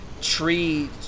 tree –